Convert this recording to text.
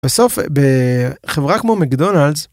בסוף בחברה כמו מקדונלדס.